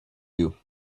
you